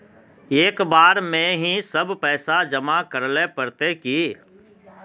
एक बार में ही सब पैसा जमा करले पड़ते की?